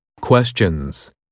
Questions